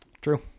true